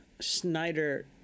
Snyder